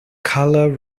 colour